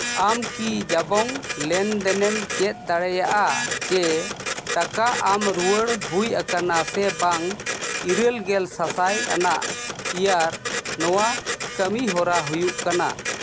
ᱟᱢ ᱠᱤ ᱡᱟᱵᱚᱝ ᱞᱮᱱᱫᱮᱱᱮᱢ ᱪᱮᱫ ᱫᱟᱲᱮᱭᱟᱜᱼᱟ ᱡᱮ ᱴᱟᱠᱟ ᱟᱢ ᱨᱩᱣᱟᱹᱲ ᱦᱩᱭᱟᱠᱟᱱᱟ ᱥᱮ ᱵᱟᱝ ᱤᱨᱟᱹᱞ ᱜᱮᱞ ᱥᱟᱥᱟᱭ ᱟᱱᱟᱜ ᱤᱭᱟᱨ ᱱᱚᱣᱟ ᱠᱟᱹᱢᱤᱦᱚᱨᱟ ᱦᱩᱭᱩᱜ ᱠᱟᱱᱟ